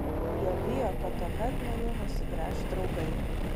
jie bijo kad tuomet nuo jų nusigręš draugai